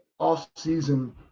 offseason